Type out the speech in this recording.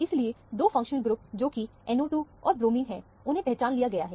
इसीलिए दो function group जोकि NO2 और ब्रोमीन है उन्हें पहचान लिया गया है